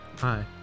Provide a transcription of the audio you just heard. Hi